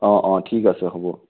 অঁ অঁ ঠিক আছে হ'ব